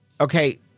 Okay